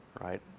Right